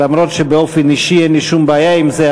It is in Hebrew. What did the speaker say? וגם אם באופן אישי אין לי שום בעיה עם זה,